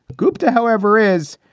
gupta, however, is.